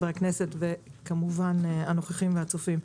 וכמובן הנוכחים והצופים.